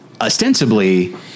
ostensibly